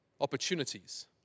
opportunities